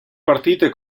partite